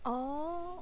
oh